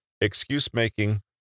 excuse-making